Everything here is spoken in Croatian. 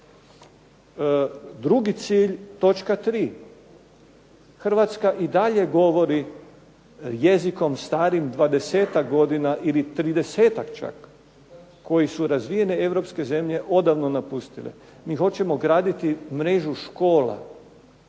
Drugi cilj, točka 3. Hrvatska i dalje govori jezikom starim 20-tak godina ili 30-tak čak koji su razvijene europske zemlje odavno napustile. Mi hoćemo graditi mrežu škola.